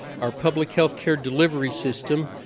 our public healthcare delivery system,